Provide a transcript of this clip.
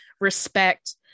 respect